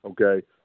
okay